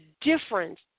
difference